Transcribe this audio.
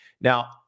Now